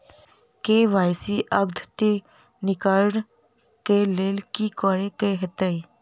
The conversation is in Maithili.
के.वाई.सी अद्यतनीकरण कऽ लेल की करऽ कऽ हेतइ?